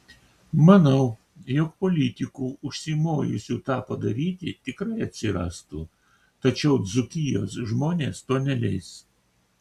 manau jog politikų užsimojusių tą padaryti tikrai atsirastų tačiau dzūkijos žmonės to neleis